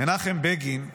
מנחם בגין,